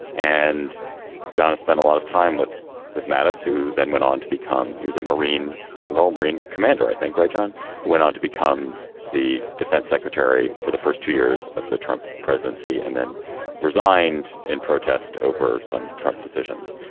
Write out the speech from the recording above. and john, i spent a lot of time with with mattis, who then went on to become he was a marine general. marine commander. i think. right. john went on to become the defense secretary for the first two years of the trump presidency and then resigned in protest over some trump decisions.